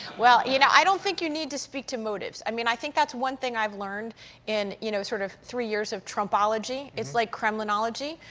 well, you know, i don't think you need to speak to motives. i mean i think that's one thing i've learned in you know sort of three years of trumpology. it's like kremlinology.